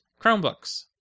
Chromebooks